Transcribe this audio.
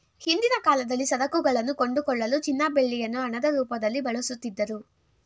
ಹಿಂದಿನ ಕಾಲದಲ್ಲಿ ಸರಕುಗಳನ್ನು ಕೊಂಡುಕೊಳ್ಳಲು ಚಿನ್ನ ಬೆಳ್ಳಿಯನ್ನು ಹಣದ ರೂಪದಲ್ಲಿ ಬಳಸುತ್ತಿದ್ದರು